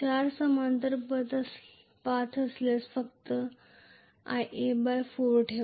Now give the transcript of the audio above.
4 समांतर पथ असल्यास फक्त Ia4 ठेवा